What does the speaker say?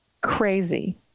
crazy